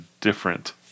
different